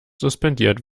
suspendiert